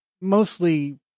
mostly